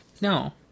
No